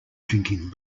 drinking